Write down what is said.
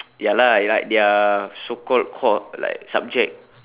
ya lah like their so called core like subject